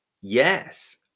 Yes